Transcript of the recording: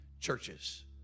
churches